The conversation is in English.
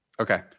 Okay